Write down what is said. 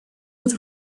with